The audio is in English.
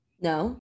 no